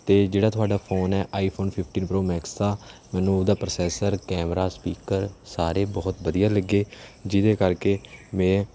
ਅਤੇ ਜਿਹੜਾ ਤੁਹਾਡਾ ਫੋਨ ਹੈ ਆਈਫੋਨ ਫੀਫਟੀਨ ਪਰੋ ਮੈਕਸ ਥਾ ਮੈਨੂੰ ਉਹਦਾ ਪ੍ਰਸੈਸਰ ਕੈਮਰਾ ਸਪੀਕਰ ਸਾਰੇ ਬਹੁਤ ਵਧੀਆ ਲੱਗੇ ਜਿਹਦੇ ਕਰਕੇ ਮੈਂ